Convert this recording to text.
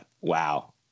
wow